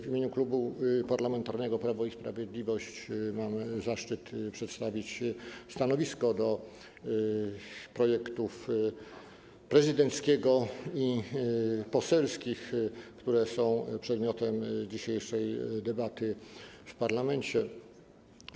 W imieniu Klubu Parlamentarnego Prawo i Sprawiedliwość mam zaszczyt przedstawić stanowisko wobec projektów prezydenckiego i poselskich, które są przedmiotem dzisiejszej debaty w parlamencie.